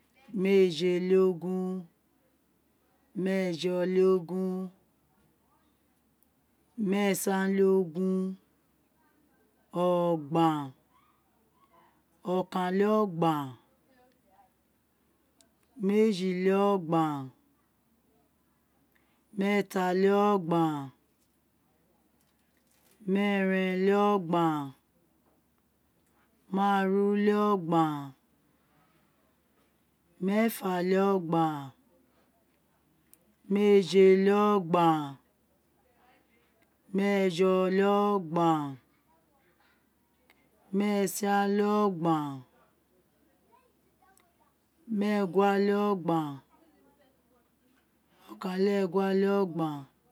Méèje-le-ogun, meejọ-le-ogun, mee-san-le-ogun. ọgban, ọkan-le-ọgban meéji-le-ọgban, meẹta-le-ọgban, mẹẹren-le-ọgban, máàru-le-ọgban. meẹfa-le-ọgban, méèjé-le-ọgban meẹjọ-le-ọgban, meẹsan-le-ọgban meẹgua-le-ọgban, okan-le-egua-le-ọgban